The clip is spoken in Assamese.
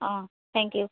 অঁ থেংক ইউ